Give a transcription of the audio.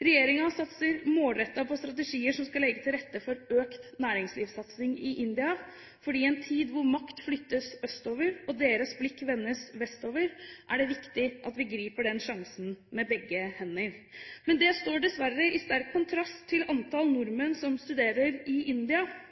Regjeringen satser målrettet på strategier som skal legge til rette for økt næringslivssatsing i India, for i en tid hvor makt flyttes østover og deres blikk vendes vestover, er det viktig at vi griper den sjansen med begge hender. Men det står dessverre i sterk kontrast til antall nordmenn som studerer i India.